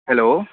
hello